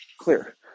clear